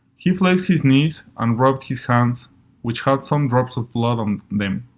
he flexed his knees and rubbed his hands which had some drops of blood on them.